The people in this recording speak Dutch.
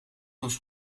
was